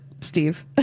Steve